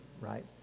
right